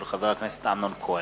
של חבר הכנסת אמנון כהן.